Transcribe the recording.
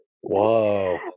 Whoa